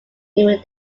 even